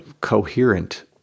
coherent